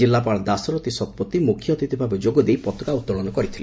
ଜିଲ୍ଲପାଳ ଦାସରଥୀ ଶତପଥୀ ମୁଖ୍ୟ ଅତିଥ୍ଭାବେ ଯୋଗଦେଇ ପତାକା ଉଉୋଳନ କରିଥିଲେ